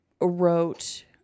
wrote